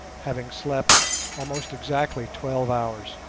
having slept almost exactly twelve hours,